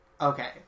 Okay